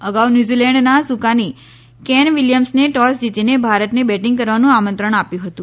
અગાઉ ન્યુઝીલેન્ડના સુકાની કેન વિલિયમ્સને ટોસ જીતીને ભારતને બેટિંગ કરવાનું આમંત્રણ આપ્યું હતું